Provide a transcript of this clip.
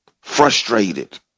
frustrated